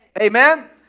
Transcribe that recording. Amen